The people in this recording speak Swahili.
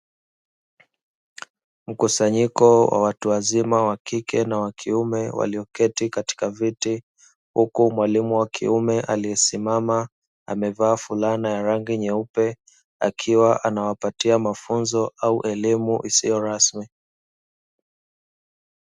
Mkusanyiko wa watu wazima wakike na wakiume walioketi katika viti huku mwalimu wa kiume, aliyesimama amevaa fulana ya rangi nyeupe akiwa anawapatia mafunzo au elimu isiyo rasmi.